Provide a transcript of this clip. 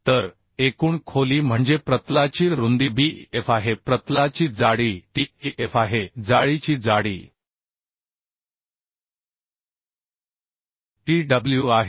तर एकूण खोली म्हणजे प्रतलाची रुंदी b f आहे प्रतलाची जाडी t f आहे जाळीची जाडी t डब्ल्यू आहे